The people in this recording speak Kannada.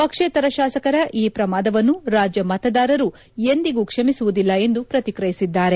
ಪಕ್ಷೇತರ ಶಾಸಕರ ಈ ಪ್ರಮಾದವನ್ನು ರಾಜ್ಯ ಮತದಾರರು ಎಂದಿಗೂ ಕ್ಷಮಿಸುವುದಿಲ್ಲ ಎಂದು ಪ್ರತಿಕ್ರಿಯಿಸಿದ್ದಾರೆ